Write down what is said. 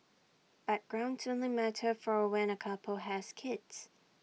backgrounds only matter for when A couple has kids